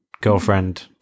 girlfriend